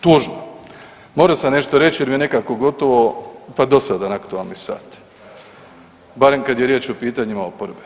Tužba, morao sam nešto reći jer mi je nekako gotovo pa dosadan aktualni sat, barem kad je riječ o pitanjima oporbe.